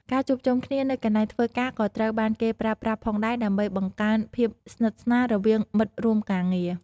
ការជួបជុំគ្នានៅកន្លែងធ្វើការក៏ត្រូវបានគេប្រើប្រាស់ផងដែរដើម្បីបង្កើនភាពស្និទ្ធស្នាលរវាងមិត្តរួមការងារ។